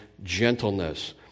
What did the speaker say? Gentleness